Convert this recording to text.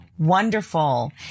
wonderful